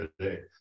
today